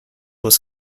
was